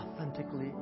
authentically